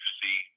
see